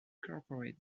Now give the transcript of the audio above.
corporate